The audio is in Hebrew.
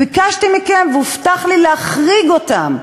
ביקשתי מכם והובטח לי להחריג אותם.